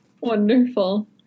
Wonderful